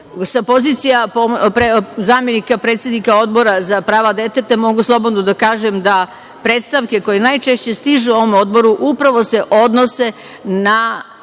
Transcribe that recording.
pozicije zamenika predsednika Odbora za prava deteta, mogu slobodno da kažem da predstavke koje najčešće stižu ovom odboru, upravo se odnose na